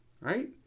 right